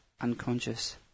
unconscious